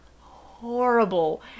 Horrible